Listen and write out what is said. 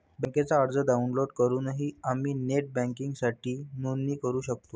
बँकेचा अर्ज डाउनलोड करूनही आम्ही नेट बँकिंगसाठी नोंदणी करू शकतो